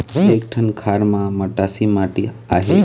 एक ठन खार म मटासी माटी आहे?